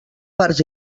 parts